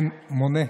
כן, מונה.